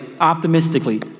optimistically